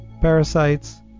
parasites